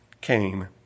came